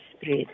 spread